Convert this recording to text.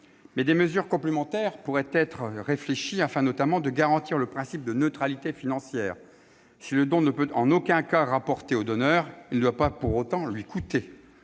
Mais des mesures complémentaires pourraient être étudiées, notamment afin de garantir le principe de neutralité financière : si le don ne peut en aucun cas rapporter au donneur, il ne doit pas pour autant lui coûter.